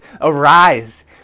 arise